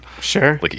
Sure